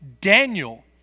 Daniel